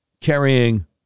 carrying